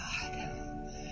God